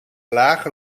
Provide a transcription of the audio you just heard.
lage